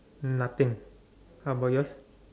nothing how about yours